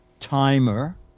timer